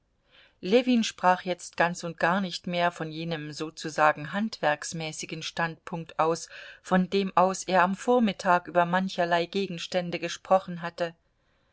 ljewin sprach jetzt ganz und gar nicht mehr von jenem sozusagen handwerksmäßigen standpunkt aus von dem aus er am vormittag über mancherlei gegenstände gesprochen hatte